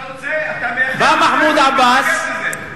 אתה מייחל לזה?